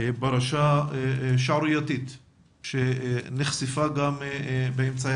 פרשה שערורייתית שנחשפה גם באמצעי